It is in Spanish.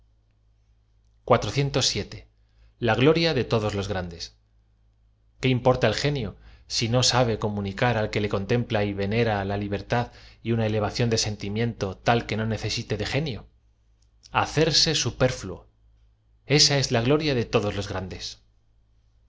g loria de todos los grandes qué importa el genio sí no sabe comunicar al que le cootempla j venera una libertad y una elevación de sentimiento tal que no necesite de genio hacerse superfino esa es la gloria de todos los grandee